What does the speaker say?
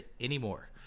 anymore